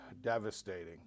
devastating